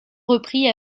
reprit